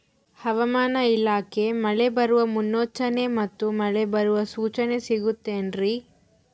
ಹವಮಾನ ಇಲಾಖೆ ಮಳೆ ಬರುವ ಮುನ್ಸೂಚನೆ ಮತ್ತು ಮಳೆ ಬರುವ ಸೂಚನೆ ಸಿಗುತ್ತದೆ ಏನ್ರಿ?